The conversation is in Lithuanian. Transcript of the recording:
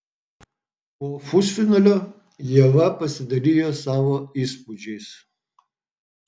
po pusfinalio ieva pasidalijo savo įspūdžiais